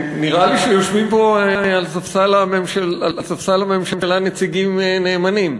נראה לי שיושבים פה על ספסל הממשלה נציגים נאמנים,